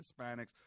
hispanics